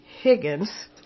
Higgins